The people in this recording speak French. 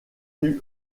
n’eut